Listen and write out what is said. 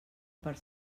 per